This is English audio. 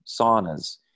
saunas